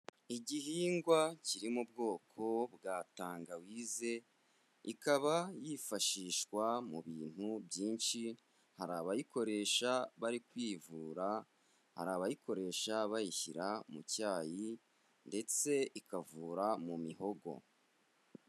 Igihingwa kiri mu bwoko bwa tangawize, ikaba yifashishwa mu bintu byinshi, hari abayikoresha bari kwivura, hari abayikoresha bayishyira mu cyayi, ndetse ikavura mu mihogo.